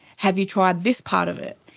have you tried this part of it?